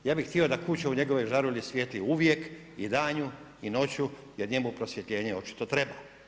Ja bih htio da kuća u njegovoj žarulji svijetli uvijek i danju i noću jer njemu prosvjetljenje očito treba.